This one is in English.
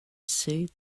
said